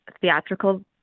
theatrical